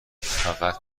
فقط